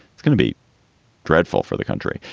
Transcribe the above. it's gonna be dreadful for the country.